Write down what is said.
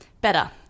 better